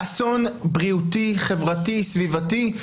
אסון בריאותי, חברתי, סביבתי.